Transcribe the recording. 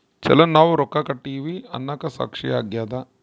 ಚಲನ್ ನಾವ್ ರೊಕ್ಕ ಕಟ್ಟಿವಿ ಅನ್ನಕ ಸಾಕ್ಷಿ ಆಗ್ಯದ